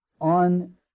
on